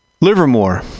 Livermore